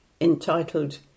entitled